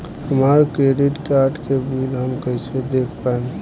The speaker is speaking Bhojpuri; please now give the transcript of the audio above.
हमरा क्रेडिट कार्ड के बिल हम कइसे देख पाएम?